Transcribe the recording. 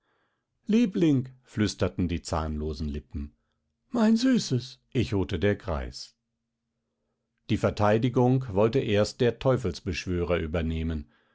liebling flüsterten die zahnlosen lippen mein süßes echote der greis die verteidigung wollte erst der teufelsbeschwörer übernehmen